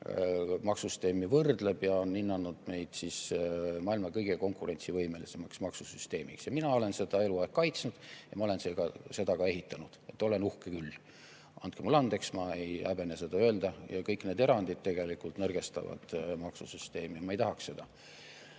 maksusüsteeme võrdleb, on hinnanud meid maailma kõige konkurentsivõimelisemaks maksusüsteemiks. Mina olen seda eluaeg kaitsnud ja ma olen seda ka ehitanud, nii et olen uhke küll. Andke mulle andeks, ma ei häbene seda öelda. Ja kõik need erandid tegelikult nõrgestavad maksusüsteemi, ma ei tahaks seda.